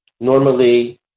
Normally